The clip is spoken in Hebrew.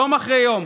יום אחרי יום,